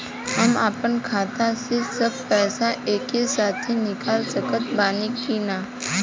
हम आपन खाता से सब पैसा एके साथे निकाल सकत बानी की ना?